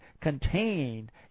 contained